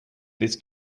this